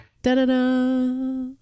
Da-da-da